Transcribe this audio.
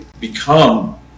become